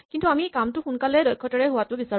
কিন্তু আমি কামটো সোনকালে দক্ষতাৰে হোৱাটো বিচাৰো